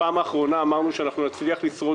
בפעם האחרונה אמרנו שאנחנו נצליח לשרוד